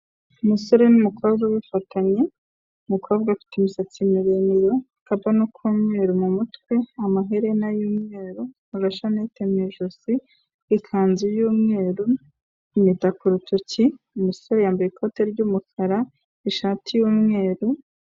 Umusore n'umukobwa bifatanya, umukobwa ufite imisatsi miremire, akabano k'umweru mu mutwe, amaherena y'umweru, agashanete mu ijosi, ikanzu y'umweru, impeta ku rutoki, umusore yambaye ikote ry'umukara, ishati y'umweru.